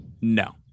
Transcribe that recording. No